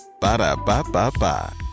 Ba-da-ba-ba-ba